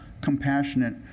compassionate